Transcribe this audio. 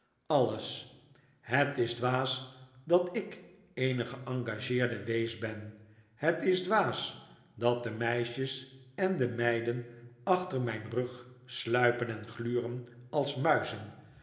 alles het is dwaas dat ik eene geengageerde wees ben het is dwaas dat de meisjes en de meiden achter myn rug sluipen en gluren als muizen